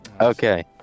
Okay